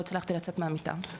לא הצלחתי לצאת מהמיטה.